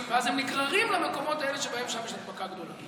ואז נגררים למקומות האלה שבהם יש הדבקה גדולה.